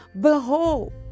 Behold